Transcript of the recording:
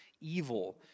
evil